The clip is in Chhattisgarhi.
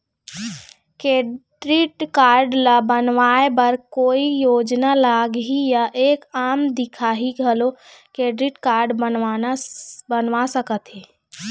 क्रेडिट कारड ला बनवाए बर कोई योग्यता लगही या एक आम दिखाही घलो क्रेडिट कारड बनवा सका थे?